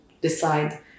decide